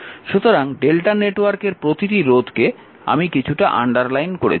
সুতরাং Δ নেটওয়ার্কের প্রতিটি রোধকে আমি কিছুটা আন্ডারলাইন করেছি